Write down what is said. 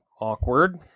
awkward